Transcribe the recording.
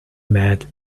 mad